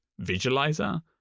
visualizer